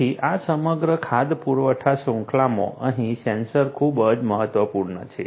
તેથી આ સમગ્ર ખાદ્ય પુરવઠા શૃંખલામાં અહીં સેન્સર ખૂબ જ મહત્વપૂર્ણ છે